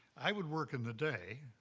i would work in the day.